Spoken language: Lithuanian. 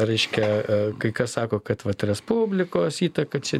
reiškia kai kas sako kad vat respublikos įtaka čia